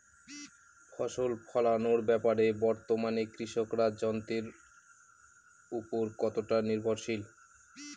ফসল ফলানোর ব্যাপারে বর্তমানে কৃষকরা যন্ত্রের উপর কতটা নির্ভরশীল?